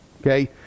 okay